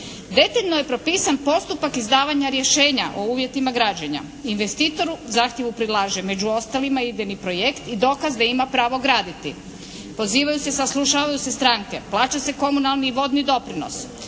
Detaljno je propisan postupak izdavanja rješenja o uvjetima građenja investitoru. Zahtjevu prilaže među ostalima i idejni projekt i dokaz da ima pravo graditi. Pozivaju se, saslušavaju se stranke, plaća se komunalni i vodni doprinos.